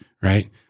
right